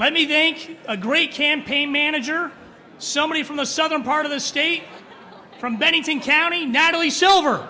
let me think a great campaign manager somebody from the southern part of the state from bennington county natalie silver